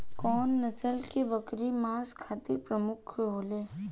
कउन नस्ल के बकरी मांस खातिर प्रमुख होले?